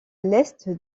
l’est